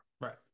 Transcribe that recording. right